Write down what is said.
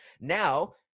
now